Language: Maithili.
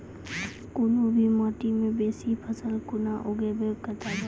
कूनू भी माटि मे बेसी फसल कूना उगैबै, बताबू?